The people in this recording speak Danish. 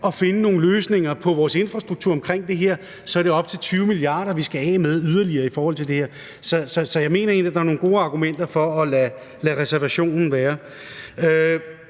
at finde nogle løsninger på vores infrastruktur i forhold til det her, så skal vi af med op til 20 mia. kr. yderligere. Så jeg mener egentlig, at der er nogle gode argumenter for at lade reservationen være.